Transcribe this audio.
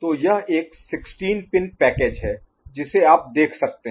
तो यह एक 16 पिन पैकेज है जिसे आप देख सकते हैं